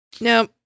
no